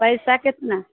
पैसा केतना